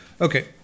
Okay